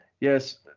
yes